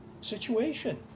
situation